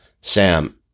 Sam